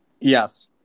yes